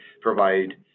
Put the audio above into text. provide